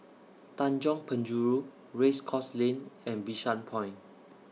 Tanjong Penjuru Race Course Lane and Bishan Point